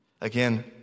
Again